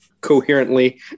coherently